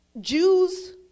Jews